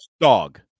dog